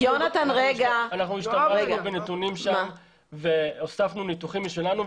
אנחנו השתמשנו בנתונים שם והוספנו ניתוחים משלנו.